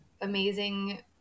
amazing